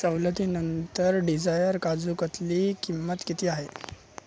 सवलतीनंतर डिझायर काजू कतलीची किंमत किती आहे